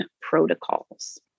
protocols